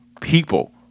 people